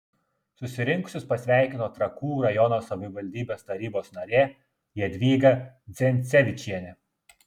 susirinkusius pasveikino trakų rajono savivaldybės tarybos narė jadvyga dzencevičienė